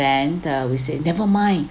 then the we said nevermind